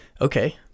Okay